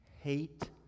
hate